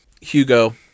Hugo